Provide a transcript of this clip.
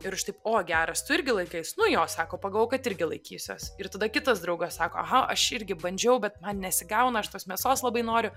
ir aš taip o geras tu irgi laikais nu jo sako pagalvojau kad irgi laikysiuos ir tada kitas draugas sako aha aš irgi bandžiau bet man nesigauna aš tos mėsos labai noriu